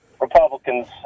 republicans